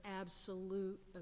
absolute